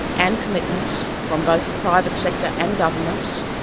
and commitments from both the private sector and governments.